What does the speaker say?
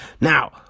Now